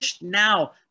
now